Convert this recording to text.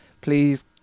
please